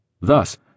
Thus